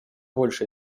больше